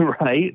right